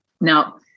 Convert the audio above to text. Now